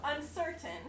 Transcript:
uncertain